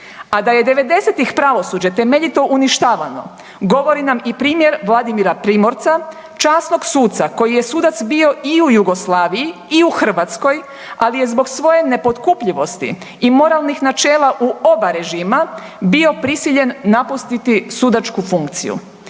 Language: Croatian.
A da je devedesetih pravosuđe temeljito uništavano govori nam i primjer Vladimira Primorca časnog suca koji je sudac bio i u Jugoslaviji i u Hrvatskoj, ali je zbog svoje nepotkupljivosti i moralnih načela u oba režima bio prisiljen napustiti sudačku funkciju.